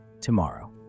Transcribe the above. tomorrow